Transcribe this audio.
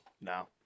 No